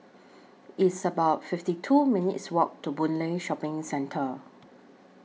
It's about fifty two minutes' Walk to Boon Lay Shopping Centre